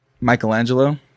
Michelangelo